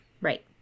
Right